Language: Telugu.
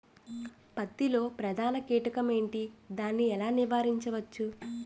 పత్తి లో ప్రధాన కీటకం ఎంటి? దాని ఎలా నీవారించచ్చు?